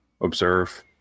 observe